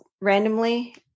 randomly